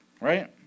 right